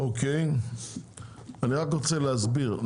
אני רק רוצה להסביר: